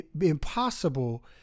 impossible